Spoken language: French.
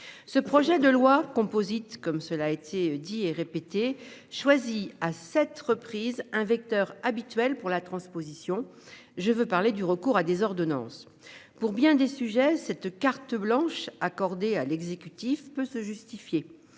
Ce projet de loi composite comme cela a été dit et répété choisi à cette reprises un vecteur habituel pour la transposition, je veux parler du recours à des ordonnances pour bien des sujets cette carte blanche accordée à l'exécutif peut se justifier